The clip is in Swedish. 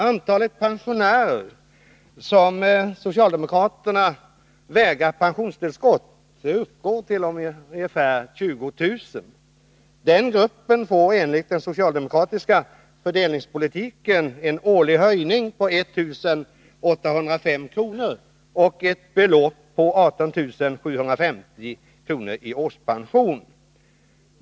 Antalet pensionärer som socialdemokraterna vägrar pensionstillskott uppgår till ungefär 20 000. Den gruppen får enligt den socialdemokratiska fördelningspolitiken en årlig höjning på 1 805 kr. och ett belopp på 18 715 kr. i årspension.